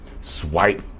Swipe